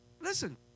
Listen